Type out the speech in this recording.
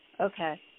Okay